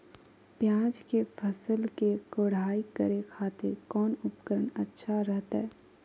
प्याज के फसल के कोढ़ाई करे खातिर कौन उपकरण अच्छा रहतय?